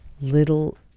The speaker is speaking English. Little